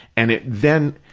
and it then,